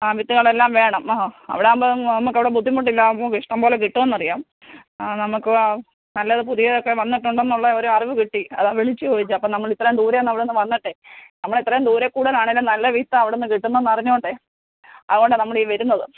ആ വിത്തുകളെല്ലാം വേണം ആ ഹ അവിടാകുമ്പോൾ നമുക്കവിടെ ബുദ്ധിമുട്ടില്ല അപ്പോൾ ഇഷ്ടം പോലെ കിട്ടുവെന്നറിയാം ആ നമുക്ക് നല്ലത് പുതിയതൊക്കെ വന്നിട്ടുണ്ടെന്നുള്ള ഒരു അറിവ് കിട്ടി അതാണ് വിളിച്ച് ചോദിച്ചത് അപ്പം നമ്മൾ ഇത്രയും ദൂരെന്ന് അവിടൊന്ന് വന്നിട്ട് നമ്മൾ ഇത്രെം ദൂരെ കൂടുതലാണല്ലോ നല്ല വിത്ത് അവിടുന്ന് കിട്ടുന്നുന്ന് എന്നറിഞ്ഞത് കൊണ്ട് അതുകൊണ്ടാണ് നമ്മളീ വരുന്നത്